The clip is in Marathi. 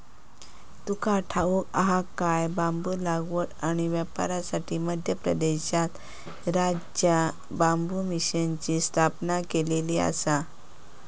तुका ठाऊक हा काय?, बांबू लागवड आणि व्यापारासाठी मध्य प्रदेशात राज्य बांबू मिशनची स्थापना केलेली आसा